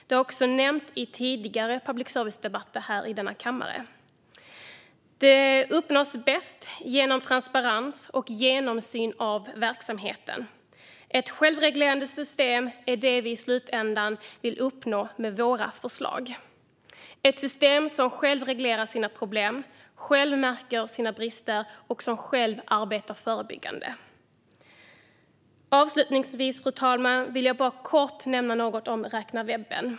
Det har jag också nämnt i tidigare public service-debatter i denna kammare. Detta uppnås bäst genom transparens och genomsyn av verksamheten. Ett självreglerande system är det vi i slutändan vill uppnå med våra förslag - ett system som självt reglerar sina problem, självt märker sina brister och självt arbetar förebyggande. Avslutningsvis vill jag bara kort nämna något om "räkna webben".